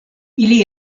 ili